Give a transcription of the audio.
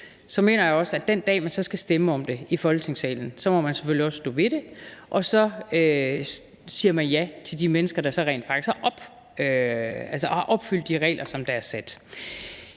så mener jeg også, at den dag man så skal stemme om det i Folketingssalen, så må man selvfølgelig også stå ved det, og så siger man ja til de mennesker, der rent faktisk lever op til de regler, der er sat.